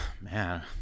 Man